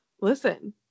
listen